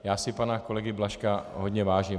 Já si pana kolegy Blažka hodně vážím.